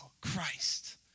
Christ